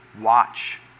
watch